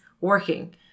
working